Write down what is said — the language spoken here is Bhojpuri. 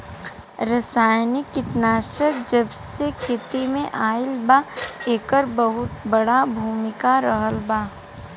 रासायनिक कीटनाशक जबसे खेती में आईल बा येकर बहुत बड़ा भूमिका रहलबा